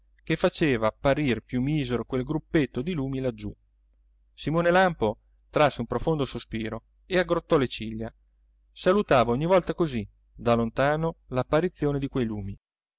che faceva apparir più misero quel gruppetto di lumi laggiù simone lampo trasse un profondo sospiro e aggrottò le ciglia salutava ogni volta così da lontano l'apparizione di quei lumi